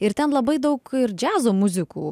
ir ten labai daug ir džiazo muzikų